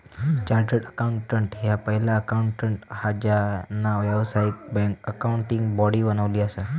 chartered accountant ह्या पहिला accountant हा ज्यांना व्यावसायिक अकाउंटिंग बॉडी बनवली असा